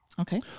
okay